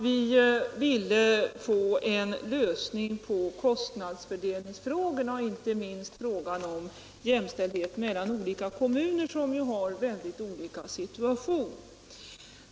Vi ville också få en lösning av kostnadsfördelningsfrågorna och inte minst av frågan om jämställdhet mellan skilda kommuner, som ju är i mycket olika situationer.